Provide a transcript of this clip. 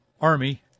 army